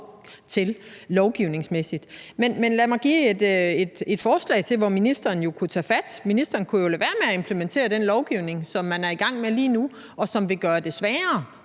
til lovgivningsmæssigt. Men lad mig give et forslag til, hvor ministeren kunne tage fat. Ministeren kunne jo lade være med at implementere den lovgivning, som man er i gang med lige nu, og som vil gøre det sværere